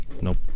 Nope